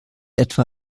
etwa